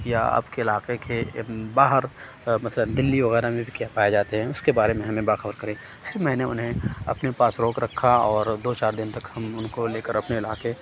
یا آپ کے علاقے کے باہر مطلب دلّی وغیرہ میں بھی کیا پائے جاتے ہیں اُس کے بارے میں ہمیں با خبر کریں پھر میں نے اُنہیں اپنے پاس روک رکھا اور دو چار دِن تک ہم اُن کو لے کر اپنے علاقے